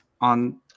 on